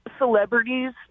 celebrities